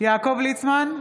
יעקב ליצמן,